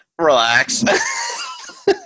relax